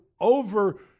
over-